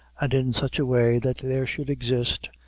and in such a way that there should exist,